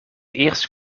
eerst